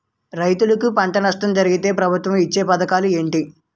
రైతులుకి పంట నష్టం జరిగితే ప్రభుత్వం ఇచ్చా పథకాలు ఏంటి?